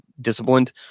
disciplined